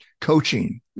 Coaching